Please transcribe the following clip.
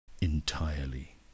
entirely